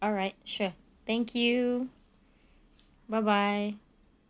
alright sure thank you bye bye